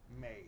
made